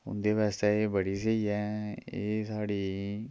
ओह्दे आस्तै एह् बड़ी स्हेई ऐ एह् साढ़ी